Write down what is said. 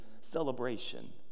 celebration